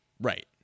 right